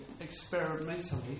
experimentally